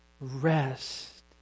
Rest